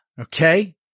Okay